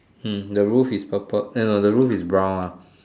hmm the roof is purple eh no the roof is brown ah